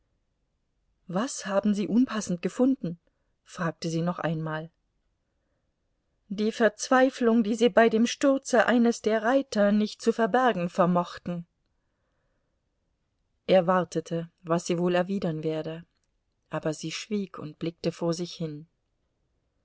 was haben sie unpassend gefunden fragte sie noch einmal die verzweiflung die sie bei dem sturze eines der reiter nicht zu verbergen vermochten er wartete was sie wohl erwidern werde aber sie schwieg und blickte vor sich hin